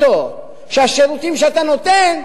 שהשירותים שאתה נותן,